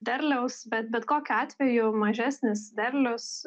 derliaus bet bet kokiu atveju mažesnis derlius